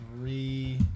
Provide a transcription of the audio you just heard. three